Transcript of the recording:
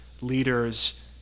leaders